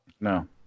no